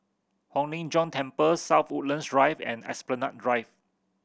Hong Lim Jiong Temple South Woodlands Drive and Esplanade Drive